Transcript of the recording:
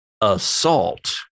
assault